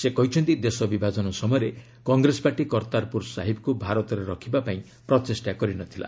ସେ କହିଛନ୍ତି ଦେଶ ବିଭାଜନ ସମୟରେ କଂଗ୍ରେସ ପାର୍ଟି କର୍ତ୍ତାରପୁର ସାହିବକୁ ଭାରତରେ ରଖିବା ପାଇଁ ପ୍ରଚେଷ୍ଟା କରିନଥିଲା